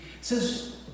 says